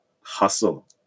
hustle